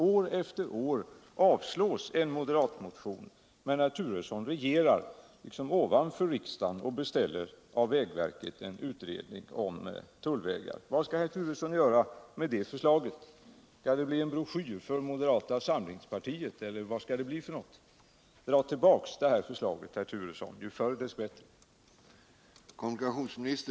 År efter år avslås moderatmotioner med detta förslag, men Bo Turesson regerar så att säga ovanför riksdagen och beställer av vägverket en utredning om tullvägar. Vad skall herr Turesson göra med det förslaget? Skall det bli en broschyr för moderata samlingspartiet eller vad skall det bli för någonting? Dra tillbaka det här förslaget, herr Turesson, ju förr dess bättre!